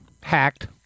hacked